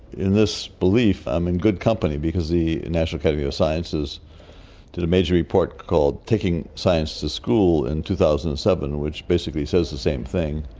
in this belief i'm in good company because the national academy of sciences did a major report called taking science to school in two thousand and seven which basically says the same thing.